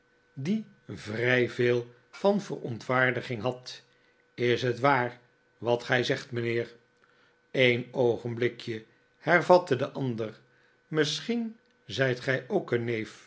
die vrij veel van verontwaardiging had is het waar wat gij zegt mijnheer een oogenblikje hervatte de ander misschien zijt gij ook een neef